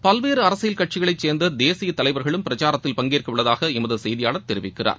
பல்வேறு அரசியல் கட்சிகளை சேர்ந்த தேசிய தலைவர்களும் பிரசாரத்தில் பங்கேற்க உள்ளதாக எமது செய்தியாளர் தெரிவிக்கிறார்